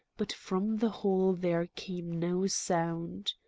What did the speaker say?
but from the hall there came no sound.